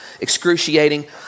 excruciating